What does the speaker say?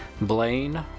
Blaine